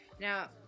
now